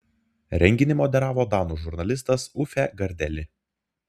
renginį moderavo danų žurnalistas uffe gardeli